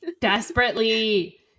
Desperately